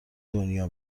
دنیا